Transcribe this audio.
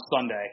Sunday